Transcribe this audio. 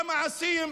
במעשים,